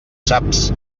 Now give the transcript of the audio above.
saps